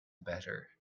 better